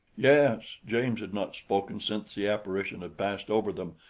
yes! james had not spoken since the apparition had passed over them,